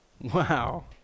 wow